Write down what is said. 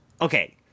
Okay